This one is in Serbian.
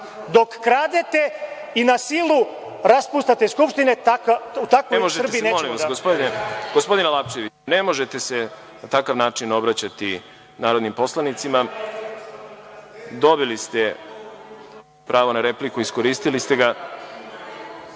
dok kradete i na silu raspuštate skupštine. U takvoj Srbiji nećemo da… **Đorđe Milićević** Gospodine Lapčeviću, ne možete se na takav način obraćati narodnim poslanicima. Dobili ste pravo na repliku, iskoristili ste